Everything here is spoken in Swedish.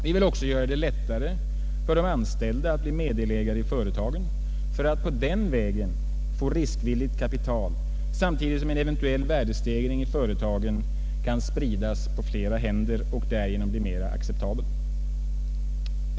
Vi vill också göra det lättare för de anställda att bli meddelägare i företagen för att på den vägen få riskvilligt kapital samtidigt som en eventuell värdestegring i företagen sprids på flera händer och därigenom blir mera acceptabel.